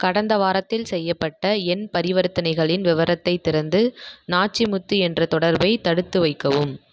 கடந்த வாரத்தில் செய்யப்பட்ட என் பரிவர்த்தனைகளின் விவரத்தைத் திறந்து நாச்சிமுத்து என்ற தொடர்பை தடுத்துவைக்கவும்